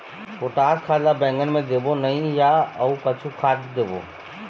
Potash खाद ला बैंगन मे देबो नई या अऊ कुछू खाद देबो?